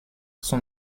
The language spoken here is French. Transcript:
son